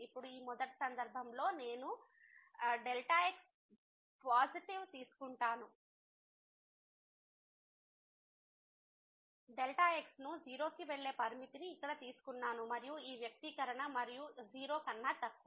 ఇప్పుడు ఈ మొదటి సందర్భంలో నేను x పాజిటివ్ తీసుకుంటాను xను 0 కి వెళ్ళే లిమిట్ని ఇక్కడ తీసుకున్నాను మరియు ఈ వ్యక్తీకరణ మరియు 0 కన్నా తక్కువ